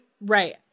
Right